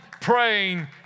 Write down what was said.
praying